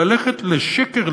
ללכת לשֶקֶר,